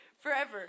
forever